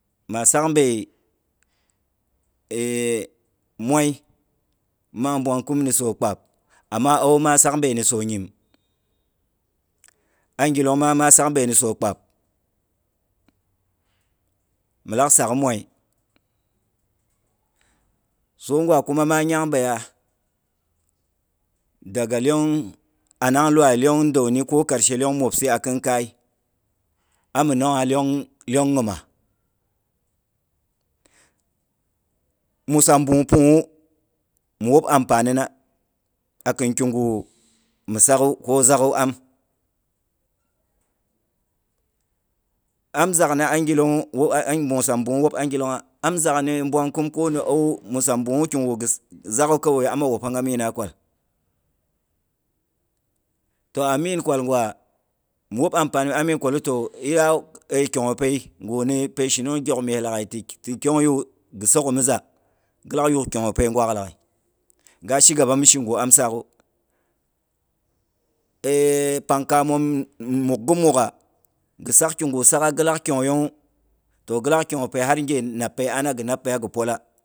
Maa sak bei e moi mang mbwang kim ni so kpab amma au ma sak bei ni so nyim. Angilong ma maa sak bei ni so kpab, milak sagh moi, soi ngwa kuma nyangbeiya daga lyong anang lwai, lyong dauni ko karshe lyong mwopsi, a khinkai ami nongha lyong nyima. Musam bung pungha wu, mi wop ampani na a kin ki gu mi sakgwu ko zaghu am. Am zak ni angilongwu, bung musam bunghwu mwup angilongha. Am zakni mbwankim ko ni auwu, musam bunghu kigu ghi zaghwa kawaiyu amma wopha nghanina a kwal. Toh amin kwalgwa, mi wop ampani mi amin kwalu toh iya kyongha pei gu ni pei shirung gyok me laggha ti kyonghoi yu, ghi soghe mi za. Ghilak yuk kyonghai pei gwaak laghai. Ga shi gaba mi shi gwu amsaak gu. pang kaamom mukga mukga, ghi saak kigu sagha gilak kyong hoiyonghu toh gilak kyonghei pei haghe nap pei ana ghi napei ya ghi pola